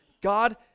God